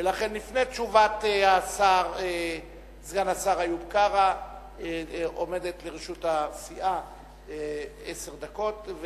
ולכן לפני תשובת סגן השר איוב קרא עומדות לרשות הסיעה עשר דקות,